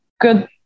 good